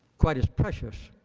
quite as precious